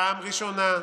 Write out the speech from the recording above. פעם ראשונה,